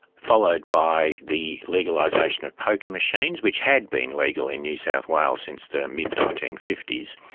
followed by the legalisation of poker machines, which had been legal in new south wales since the and mid nineteen fifty s.